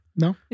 No